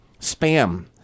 Spam